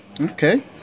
Okay